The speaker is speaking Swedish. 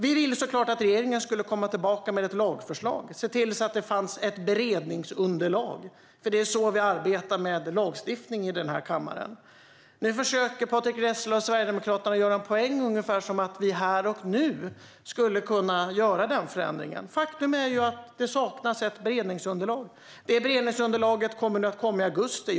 Vi ville givetvis att regeringen skulle återkomma med ett lagförslag och se till att det fanns ett beredningsunderlag, för det är så vi arbetar med lagstiftning i denna kammare. Nu gör Patrick Reslow och Sverigedemokraterna en poäng av att vi här och nu skulle kunna göra denna förändring, men faktum är att det saknas ett beredningsunderlag. Detta beredningsunderlag kommer i augusti.